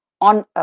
on